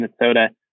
Minnesota